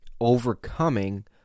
overcoming